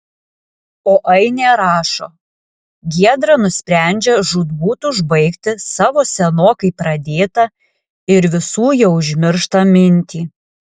o ainė rašo giedra nusprendžia žūtbūt užbaigti savo senokai pradėtą ir visų jau užmirštą mintį